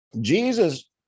jesus